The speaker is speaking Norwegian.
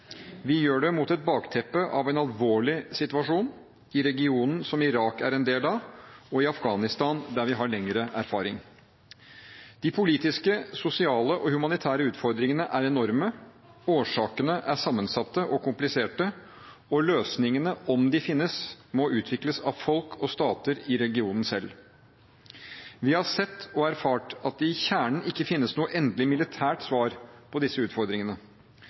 Vi gjør det mot et bakteppe av en alvorlig situasjon i regionen som Irak er en del av, og i Afghanistan, der vi har lengre erfaring. De politiske, sosiale og humanitære utfordringene er enorme, årsakene er sammensatte og kompliserte, og løsningene, om de finnes, må utvikles av folk og stater selv i regionen. Vi har sett og erfart at det i kjernen ikke finnes noe endelig militært svar på disse utfordringene.